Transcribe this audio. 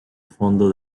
fondo